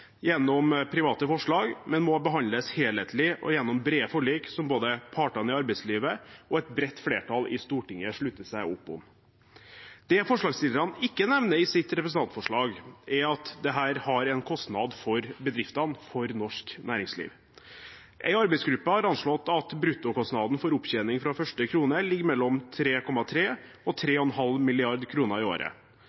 gjennom private forslag, men må behandles helhetlig og gjennom brede forlik som både partene i arbeidslivet og et bredt flertall i Stortinget slutter opp om. Det forslagsstillerne ikke nevner i sitt representantforslag, er at dette har en kostnad for bedriftene, for norsk næringsliv. En arbeidsgruppe har anslått at bruttokostnaden for opptjening fra første krone ligger mellom 3,3 mrd. kr og